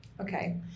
Okay